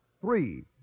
Three